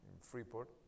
Freeport